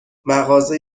مغازه